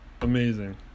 amazing